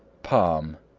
palm,